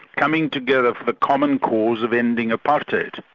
coming together for the common cause of ending apartheid.